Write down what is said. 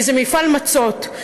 כי זה מפעל מצות,